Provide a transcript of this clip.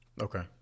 Okay